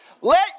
Let